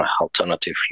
alternative